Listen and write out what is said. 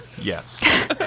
Yes